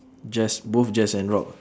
jazz both jazz and rock